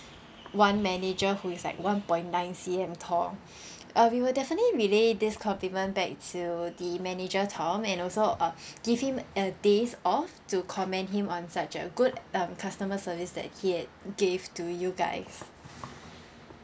one manager who is like one point nine C_M tall uh we will definitely relay this compliment back to the manager tom and also uh give him a days off to commend him on such a good um customer service that he had gave to you guys